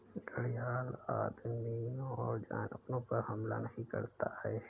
घड़ियाल आदमियों और जानवरों पर हमला नहीं करता है